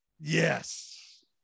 Yes